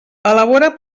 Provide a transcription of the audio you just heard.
elabora